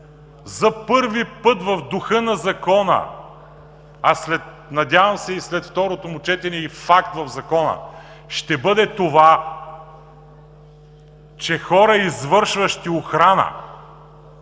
за първи път в духа на Закона, а надявам се след второто му четене – и в акт в Закона, ще бъде това, че хора, извършващи охрана,